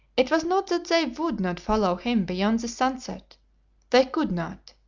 it was not that they would not follow him beyond the sunset they could not.